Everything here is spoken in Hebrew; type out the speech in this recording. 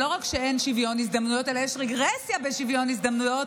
שלא רק שאין שוויון הזדמנויות אלא יש רגרסיה בשוויון הזדמנויות.